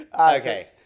Okay